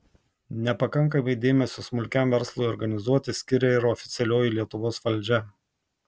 nepakankamai dėmesio smulkiam verslui organizuoti skiria ir oficialioji lietuvos valdžia